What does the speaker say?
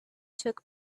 took